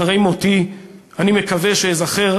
"אחרי מותי אני מקווה שאזכר,